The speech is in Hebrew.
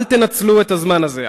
אל תנצלו את הזמן הזה,